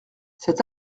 cet